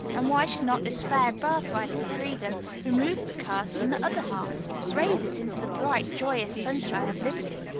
and why should not this fair birthright of freedom remove the curse from the other half raise it into the bright, joyous sunshine of liberty?